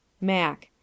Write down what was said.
Mac